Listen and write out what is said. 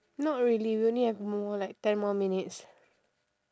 not really we only have more like ten more minutes